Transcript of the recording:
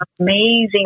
amazing